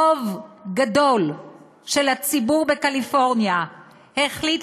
רוב גדול של הציבור בקליפורניה החליט